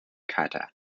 kata